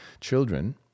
children